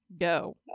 Go